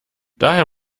daher